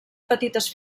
petites